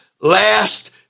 last